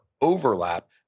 overlap